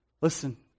listen